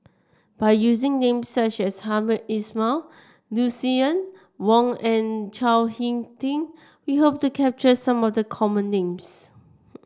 by using names such as Hamed Ismail Lucien Wang and Chao HicK Tin we hope to capture some of the common names